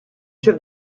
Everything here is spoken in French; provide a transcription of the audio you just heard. chef